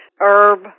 herb